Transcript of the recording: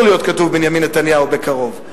להיות כתוב "בנימין נתניהו" בקרוב.